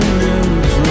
news